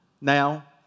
Now